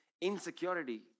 insecurity